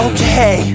Okay